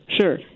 Sure